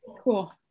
Cool